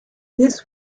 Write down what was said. this